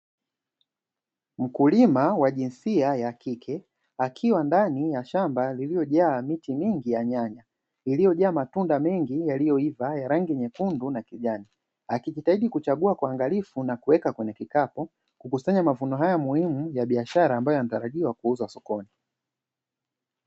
Mkulima wa jinsia ya kike, akiwa ndani ya shamba lililojaa miche mingi ya nyanya, iliyojaa matunda mengi yaliyoiva ya rangi ya nyekundu na kijani, akijitahidi kuchagua kwa uangalifu na kuweka kwenye kikapu, kukusanya mavuno haya muhimu ya biashara ambayo yanatarajiwa kuuzwa sokoni.